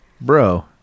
Bro